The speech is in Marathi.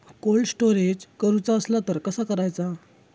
कोल्ड स्टोरेज करूचा असला तर कसा करायचा?